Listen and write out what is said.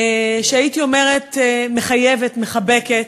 הייתי אומרת, מחייבת, מחבקת.